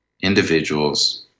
individuals